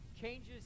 changes